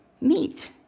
meet